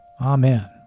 Amen